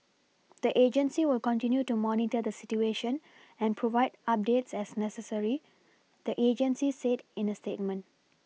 the agency will continue to monitor the situation and provide updates as necessary the agency said in a statement